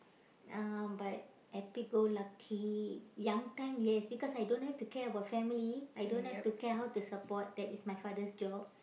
uh but happy go lucky young time yes because I don't have to care about family I don't have to care how to support because that is my father job